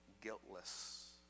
guiltless